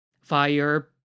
fire